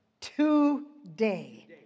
today